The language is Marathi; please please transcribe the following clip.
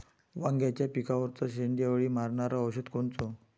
वांग्याच्या पिकावरचं शेंडे अळी मारनारं औषध कोनचं?